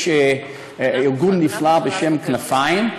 יש ארגון נפלא בשם כנפיים,